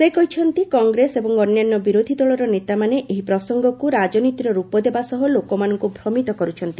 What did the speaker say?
ସେ କହିଛନ୍ତି କଂଗ୍ରେସ ଏବଂ ଅନ୍ୟାନ୍ୟ ବିରୋଧୀଦଳର ନେତାମାନେ ଏହି ପ୍ରସଙ୍ଗକୁ ରାଜନୀତିର ରୂପ ଦେବା ସହ ଲୋକମାନଙ୍କୁ ଭ୍ରମିତ କରୁଛନ୍ତି